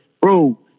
Bro